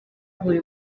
buri